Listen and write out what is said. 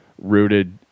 rooted –